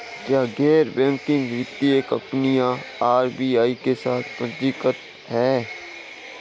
क्या गैर बैंकिंग वित्तीय कंपनियां आर.बी.आई के साथ पंजीकृत हैं?